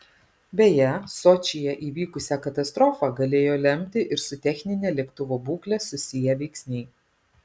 beje sočyje įvykusią katastrofą galėjo lemti ir su technine lėktuvo būkle susiję veiksniai